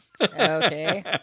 Okay